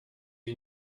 iyo